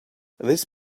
this